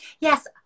yes